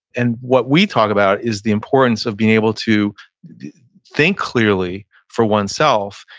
and what we talk about is the importance of being able to think clearly for oneself.